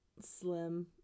Slim